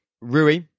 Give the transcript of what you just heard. Rui